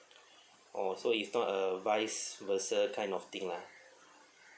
oh so it's not a vice versa kind of thing lah